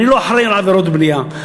אני לא אחראי לעבירות בנייה,